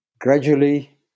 Gradually